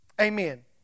Amen